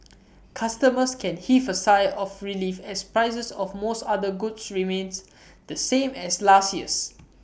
customers can heave A sigh of relief as prices of most other goods remains the same as last year's